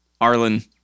Arlen